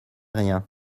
rien